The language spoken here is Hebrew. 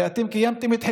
הרי אתם קיימתם את חלקכם.